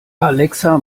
alexa